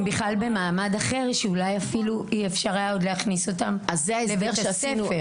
הן במעמד אחר אולי אפילו אי אפשר היה עוד להכניס אותן לבית הספר.